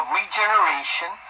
regeneration